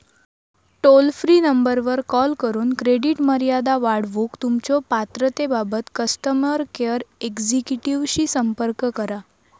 toll free नंबरवर call करून credit मर्यादा वाढवूक तुमच्यो पात्रतेबाबत कस्टमर केअर एक्झिक्युटिव्हशी संपर्क करा